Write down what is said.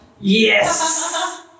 Yes